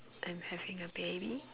I'm having a baby